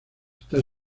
está